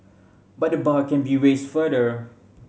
but the bar can be raised further